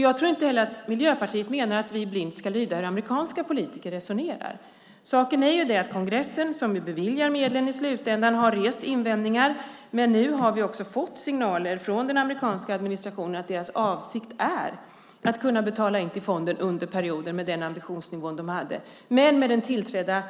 Jag tror inte heller att Miljöpartiet menar att vi blint ska lyda hur amerikanska politiker resonerar. Kongressen som beviljar medlen i slutändan har rest invändningar, men nu har vi också fått signaler från den amerikanska administrationen att deras avsikt är att kunna betala in till fonden under perioden med den ambitionsnivå de hade. Med den tillträdda